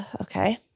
Okay